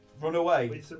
Runaway